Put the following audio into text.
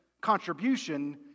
Contribution